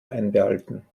einbehalten